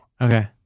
Okay